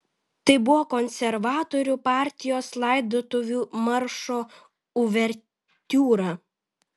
tai buvo konservatorių partijos laidotuvių maršo uvertiūra